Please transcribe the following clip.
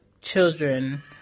children